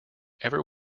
ever